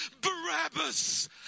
Barabbas